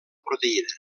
proteïna